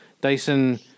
Dyson